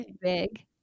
big